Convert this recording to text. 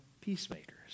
peacemakers